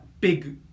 big